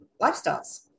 lifestyles